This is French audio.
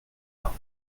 pas